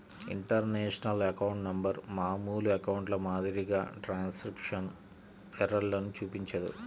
international account number మామూలు అకౌంట్ల మాదిరిగా ట్రాన్స్క్రిప్షన్ ఎర్రర్లను చూపించదు